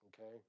okay